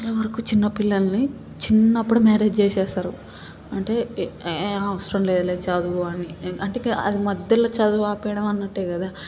ఇదివరకు చిన్నపిల్లల్ని చిన్నప్పుడే మ్యారేజ్ చేసేస్తారు అంటే ఏ అవసరం లేదులే చదువు అని అంటే అది మధ్యలో చదువు ఆపేయ్యడం అన్నట్టే కదా